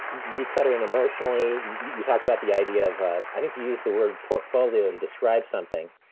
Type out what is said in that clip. decluttering emotionally. you talked about the idea of but i think you used the word portfolio to describe something.